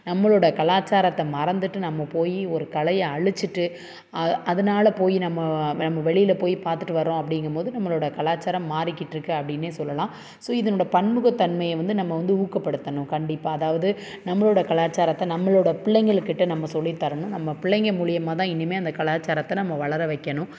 நம்மளோடய கலாச்சாரத்தை மறந்துட்டு நம்ம போய் ஒரு கலையை அழிச்சிட்டு அதனால போய் நம்ம நம்ம வெளியில் போய் பார்த்துட்டு வரோம் அப்படிங்கும்போது நம்மளோட கலாச்சாரம் மாறிக்கிட்டு இருக்குது அப்படின்னே சொல்லலாம் ஸோ இதனோட பன்முகத்தன்மையை வந்து நம்ம வந்து ஊக்கப்படுத்தனும் கண்டிப்பாக அதாவது நம்மளோட கலாச்சாரத்தை நம்மளோட பிள்ளைங்கள் கிட்ட நம்ம சொல்லித்தரணும் நம்ம பிள்ளைங்க மூலயமாதான் இனிமேல் அந்த கலாச்சாரத்தை நம்ம வளர வைக்கணும்